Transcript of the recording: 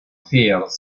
fears